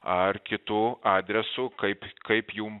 ar kitu adresu kaip kaip jum